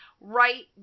Right